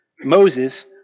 Moses